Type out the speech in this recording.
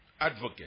advocate